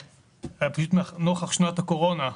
נוכח שנת הקורונה,